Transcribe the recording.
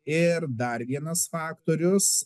ir dar vienas faktorius